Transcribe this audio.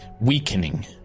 weakening